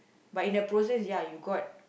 but in the process ya you got